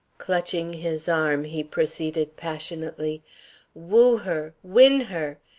clutching his arm, he proceeded passionately woo her! win her!